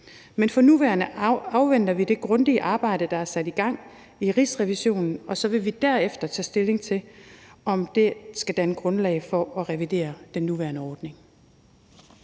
Men for nuværende afventer vi det grundige arbejde, der er sat i gang i Rigsrevisionen, og så vil vi derefter tage stilling til, om det skal danne grundlag for at revidere den nuværende ordning.